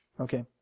okay